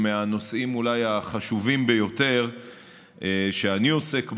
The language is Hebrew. אולי מהנושאים החשובים ביותר שאני עוסק בהם,